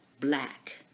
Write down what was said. black